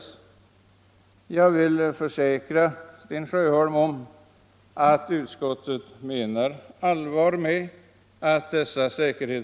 Och jag kan försäkra herr Sjöholm att utskottet menar allvar med det.